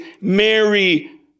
Mary